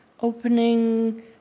opening